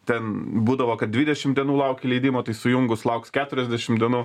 ten būdavo kad dvidešim dienų lauki leidimo tai sujungus lauksi keturiasdešim dienų